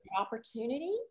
opportunity